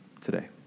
today